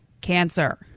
cancer